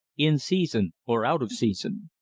in season or out of season.